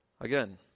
Again